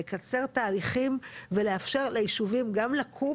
לקצר תהליכים ולאפשר לישובים גם לקום,